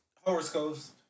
horoscopes